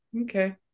Okay